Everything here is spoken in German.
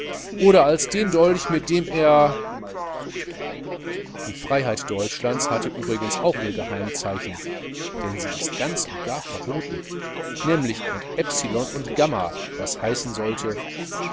oder als den dolch mit dem er die freiheit deutschlands hatte übrigens auch ihr geheimzeichen denn sie ist ganz und gar verboten nämlich ein epsilon und gamma was heißen sollte